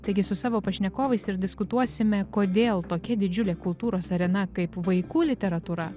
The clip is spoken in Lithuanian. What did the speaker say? taigi su savo pašnekovais ir diskutuosime kodėl tokia didžiulė kultūros arena kaip vaikų literatūra